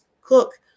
Cook